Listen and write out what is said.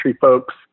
folks